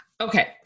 Okay